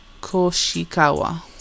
Koshikawa